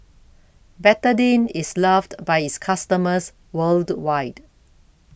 Betadine IS loved By its customers worldwide